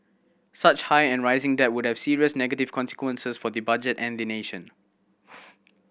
such high and rising debt would have serious negative consequences for the budget and the nation